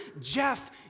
Jeff